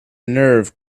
nerve